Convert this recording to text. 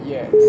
Yes